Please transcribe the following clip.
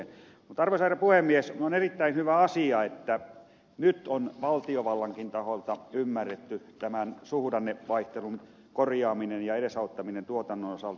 mutta arvoisa herra puhemies on erittäin hyvä asia että nyt on valtiovallankin taholta ymmärretty tämän suhdannevaihtelun korjaaminen ja edesauttaminen tuotannon osalta